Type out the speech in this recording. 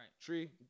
Tree